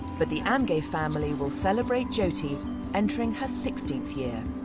but the amge family will celebrate jyoti entering her sixteenth year.